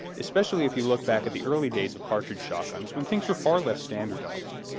especially if you look back at the early days of cartridge shotguns, when things were far less standardized.